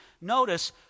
Notice